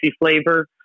flavor